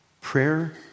Prayer